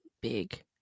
big